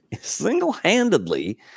single-handedly